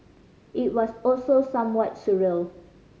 it was also somewhat surreal